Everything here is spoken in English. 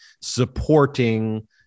supporting